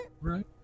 right